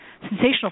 sensational